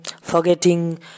forgetting